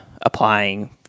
applying